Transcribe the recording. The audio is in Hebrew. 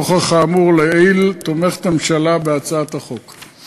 נוכח האמור לעיל, הממשלה תומכת בהצעת החוק.